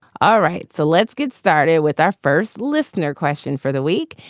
all right. so let's get started with our first listener question for the week.